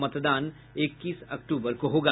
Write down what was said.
मतदान इक्कीस अक्टूबर को होगा